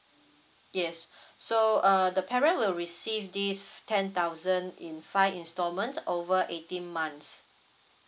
yes so uh the parent will receive this ten thousand in five instalment over eighteen months